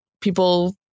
people